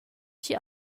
chi